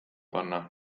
panna